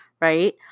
right